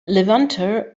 levanter